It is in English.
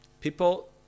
people